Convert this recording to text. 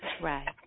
Right